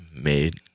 Made